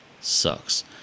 sucks